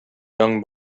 young